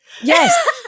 Yes